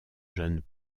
jeunes